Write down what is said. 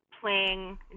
playing